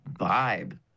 vibe